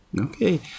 Okay